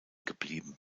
geblieben